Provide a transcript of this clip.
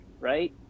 right